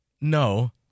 No